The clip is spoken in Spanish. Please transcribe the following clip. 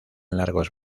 largos